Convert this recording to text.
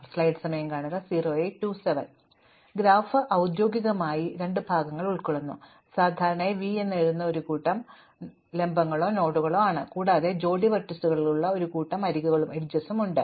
അതിനാൽ ഗ്രാഫ് ദ്യോഗികമായി ഒരു ഗ്രാഫ് രണ്ട് ഭാഗങ്ങൾ ഉൾക്കൊള്ളുന്നു ഇത് സാധാരണയായി V എന്ന് എഴുതുന്ന ഒരു കൂട്ടം ലംബങ്ങളോ നോഡുകളോ ആണ് കൂടാതെ ജോഡി വെർട്ടീസുകളുള്ള ഒരു കൂട്ടം അരികുകളും ഉണ്ട്